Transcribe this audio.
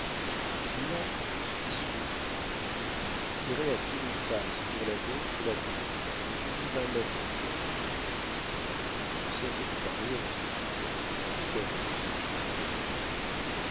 il a je suis sûr dit blondet tiré à pile ou face pour la gauche ou la droite mais il va maintenant choisir lucien se mit à rire en se souvenant de sa scène au luxembourg avec